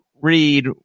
read